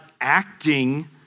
acting